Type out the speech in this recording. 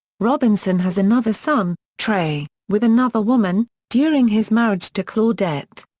robinson has another son, trey, with another woman, during his marriage to claudette.